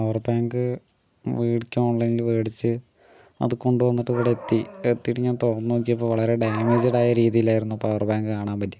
power bank വീട്ടില് ഓൺലൈനില് മേടിച്ച് അത് കൊണ്ട് വന്നിട്ട് ഇവിടെ എത്തി എത്തീട്ട് ഞാൻ തുറന്ന് നോക്കിയപ്പോൾ വളരെ ഡാമേജ്ഡ് ആയ രീതിലായിരുന്നു പവർ ബാങ്ക് കാണാൻ പറ്റിയത്